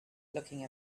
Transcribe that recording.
looking